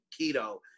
keto